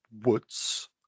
woods